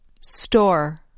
Store